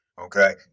Okay